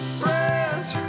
friends